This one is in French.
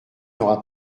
n’aura